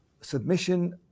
submission